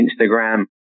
Instagram